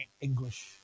English